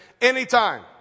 anytime